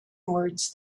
words